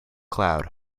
cloud